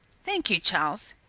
thank you, charles,